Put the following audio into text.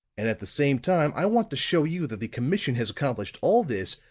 and at the same time i want to show you that the commission has accomplished all this,